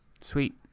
Sweet